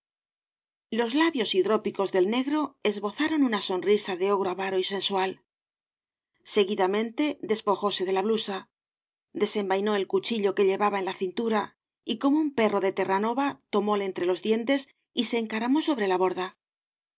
los labios hidrópicos del negro esbozaron una sonrisa de ogro avaro y sensual seguidamente despojóse de la blusa desenvainó el cuchillo que llevaba en la cintura y como un perro de terranova tomóle entre los dientes y se encaramó sobre la borda